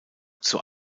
zur